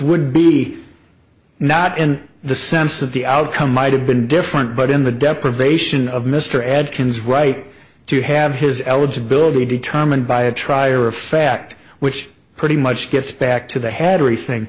would be not in the sense that the outcome might have been different but in the deprivation of mr adkins right to have his eligibility determined by a tri or a fact which pretty much gets back to the head or anything